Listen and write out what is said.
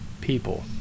people